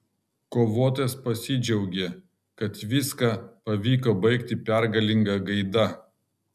kovotojas pasidžiaugė kad viską pavyko baigti pergalinga gaida